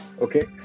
Okay